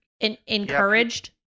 Encouraged